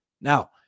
Now